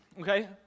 okay